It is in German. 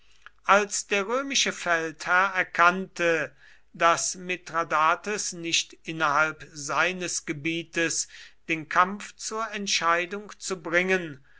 als der römische feldherr erkannte daß mithradates nicht innerhalb seines gebietes den kampf zur entscheidung zu bringen